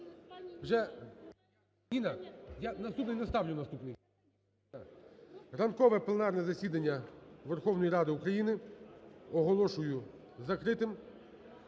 Ранкове пленарне засідання Верховної Ради України оголошую закритим.